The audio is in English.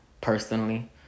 personally